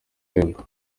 temple